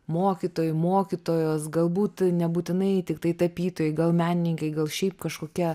mokytojai mokytojos galbūt nebūtinai tiktai tapytojai gal menininkai gal šiaip kažkokia